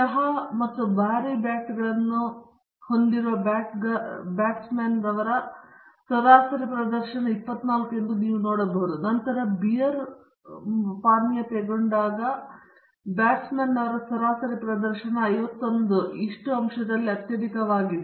ಚಹಾ ಮತ್ತು ಭಾರೀ ಬ್ಯಾಟುಗಳನ್ನು ಹೊಂದಿರುವ ಬ್ಯಾಟುಗಾರನ ಸರಾಸರಿ ಪ್ರದರ್ಶನ 24 ಎಂದು ನೀವು ನೋಡಬಹುದು ಮತ್ತು ನಂತರ ಬಿಯರ್ ಮತ್ತು ಭಾರೀ ಬ್ಯಾಟ್ ಸರಾಸರಿ ಪ್ರದರ್ಶನ 51 ನಲ್ಲಿ ಅತ್ಯಧಿಕವಾಗಿದೆ